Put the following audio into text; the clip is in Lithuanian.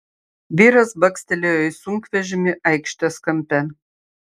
vyras bakstelėjo į sunkvežimį aikštės kampe